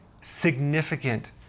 significant